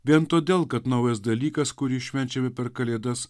vien todėl kad naujas dalykas kurį švenčiame per kalėdas